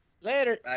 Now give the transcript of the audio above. Later